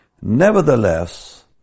Nevertheless